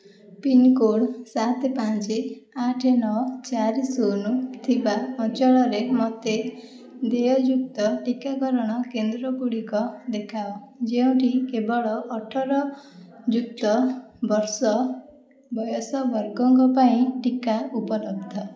pincode ସାତ ପାଞ୍ଚ ଆଠ ନଅ ଚାରି ଶୂନ ଥିବା ଅଞ୍ଚଳରେ ମୋତେ ଦେୟଯୁକ୍ତ ଟିକାକରଣ କେନ୍ଦ୍ରଗୁଡ଼ିକ ଦେଖାଅ ଯେଉଁଠି କେବଳ ଅଠର ଯୁକ୍ତ ବର୍ଷ ବୟସ ବର୍ଗଙ୍କ ପାଇଁ ଟିକା ଉପଲବ୍ଧ